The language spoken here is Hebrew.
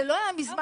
זה לא היה מזמן,